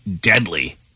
deadly